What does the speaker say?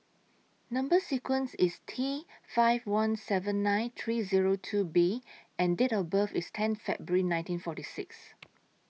Number sequence IS T five one seven nine three Zero two B and Date of birth IS ten February nineteen forty six